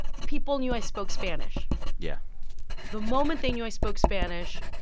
people knew i spoke spanish yeah the moment they knew i spoke spanish,